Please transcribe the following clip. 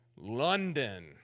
London